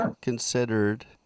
considered